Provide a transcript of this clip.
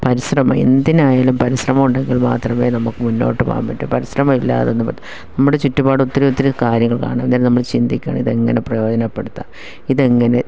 പരിശ്രമം എന്തിനായാലും പരിശ്രമമുണ്ടെങ്കിൽ മാത്രമേ നമുക്ക് മുന്നോട്ട് പോകാൻ പറ്റു പരിശ്രമം ഇല്ലാതെ ഒന്നും പറ്റ നമ്മുടെ ചുറ്റുപാട് ഒത്തിരി ഒത്തിരി കാര്യങ്ങൾ കാണും അന്നേരം നമ്മൾ ചിന്തിക്കണം ഇതെങ്ങനെ പ്രയോജനപ്പെടുത്താം ഇതെങ്ങനെ